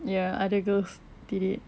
ya other girls did it